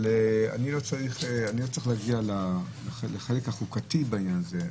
אבל אני לא צריך להגיע לחלק החוקתי בעניין הזה.